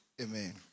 Amen